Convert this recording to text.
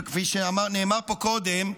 כפי שנאמר פה קודם,